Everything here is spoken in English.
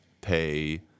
pay